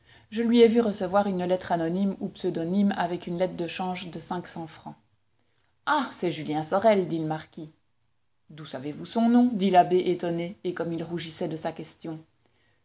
je lui ai vu recevoir une lettre anonyme ou pseudonyme avec une lettre de change de cinq cents francs ah c'est julien sorel dit le marquis d'où savez-vous son nom dit l'abbé étonné et comme il rougissait de sa question